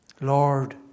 Lord